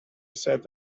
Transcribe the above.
said